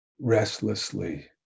restlessly